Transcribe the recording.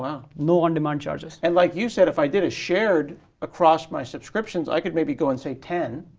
wow. no on demand charges. and like you said if i did a shared across my subscriptions, i could maybe go and say ten.